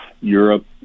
europe